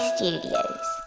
Studios